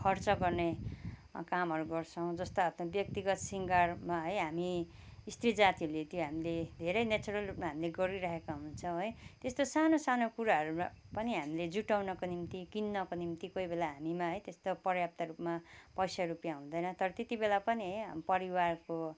खर्च गर्ने कामहरू गर्छौँ जस्ता आफ्नो व्यक्तिगत शृङ्गारमा है हामी सत्री जातिहरूले त्यो हामीले धेरै नेचुरल रूपमा हामीले गरी राखेका हुन्छौँ है त्यस्तो सानो सानो कुराहरूमा पनि हामीले जुटाउनको निम्ति किन्नको निम्ति कोही बेला हामीमा है त्यस्तो प्रयाप्त रूपमा पैसा रुपियाँ हुँदैन तर त्यति बेला पनि है परिवारको